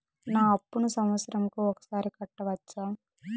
నా అప్పును సంవత్సరంకు ఒకసారి కట్టవచ్చా?